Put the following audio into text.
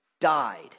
died